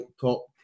top